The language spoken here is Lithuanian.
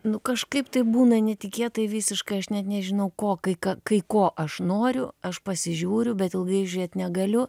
nu kažkaip taip būna netikėtai visiškai aš net nežinau ko kai ką kai ko aš noriu aš pasižiūriu bet ilgai žiūrėt negaliu